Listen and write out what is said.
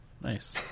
Nice